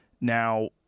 Now